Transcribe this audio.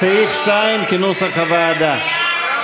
סעיף 2, כנוסח הוועדה.